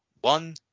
One